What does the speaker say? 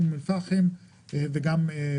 אום אל-פחם ונצרת,